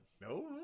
no